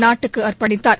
நாட்டுக்கு அர்ப்பணித்தார்